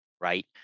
right